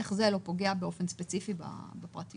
איך זה לא פוגע באופן ספציפי בפרטיות?